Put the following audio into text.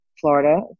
Florida